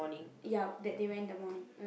ya that they went in the morning